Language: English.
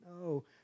no